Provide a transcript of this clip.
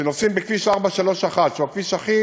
כשנוסעים בכביש 431, שהוא הכביש הכי